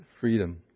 freedom